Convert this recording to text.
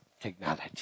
Technology